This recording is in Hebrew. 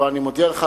אבל אני מודיע לך,